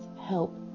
help